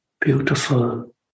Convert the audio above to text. beautiful